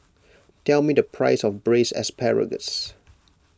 tell me the price of Braised Asparagus